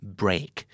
break